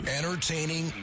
Entertaining